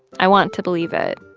i want to believe it,